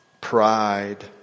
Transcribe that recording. pride